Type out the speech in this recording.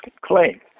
claim